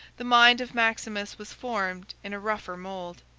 the mind of maximus was formed in a rougher mould.